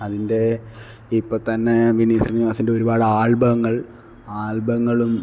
അതിന്റെ ഇപ്പം തന്നെ വിനീത് ശ്രീനിവാസന്റെ ഒരുപാട് ആല്ബങ്ങള് ആല്ബങ്ങളും